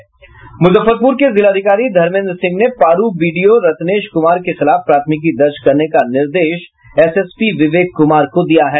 मुजफ्फरपुर के जिलाधिकारी धर्मेद्र सिंह ने पारू बीडीओ रत्नेश कुमार के खिलाफ प्राथमिकी दर्ज करने का निर्देश एसएसपी विवेक कुमार को दिया है